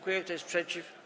Kto jest przeciw?